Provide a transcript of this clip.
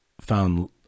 found